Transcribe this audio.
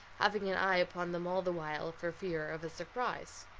having an eye upon them all the while for fear of a surprise.